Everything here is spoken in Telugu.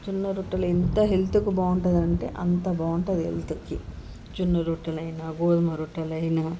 జొన్న రొట్టెలు ఎంత హెల్త్కి బాగుంటుంది అంటే అంత బాగుంటుంది హెల్త్కి జొన్న రొట్టెలైనా గోధుమ రొట్టెలైనా